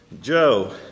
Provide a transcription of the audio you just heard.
Joe